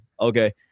okay